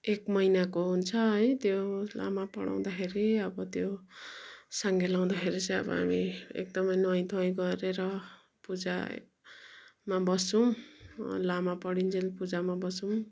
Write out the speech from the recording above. एक महिनाको हुन्छ है त्यो लामा पढाउँदाखेरि अब त्यो साङ्गे लाउँदाखेरि चाहिँ अब हामी एकदमै नुहाइधुवाइ गरेर पूजामा बस्छौँ लामा पढिन्जेल पूजामा बस्छौँ